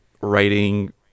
writing